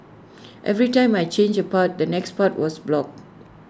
every time I changed A path the next path was blocked